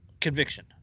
conviction